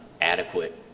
adequate